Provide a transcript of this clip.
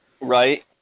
Right